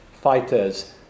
fighters